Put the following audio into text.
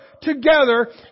together